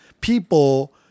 people